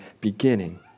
beginning